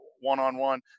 one-on-one